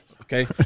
Okay